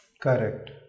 correct